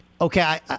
Okay